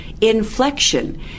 inflection